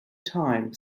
time